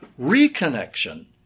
reconnection